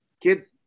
Get